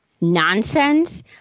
nonsense